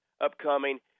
upcoming